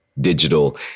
digital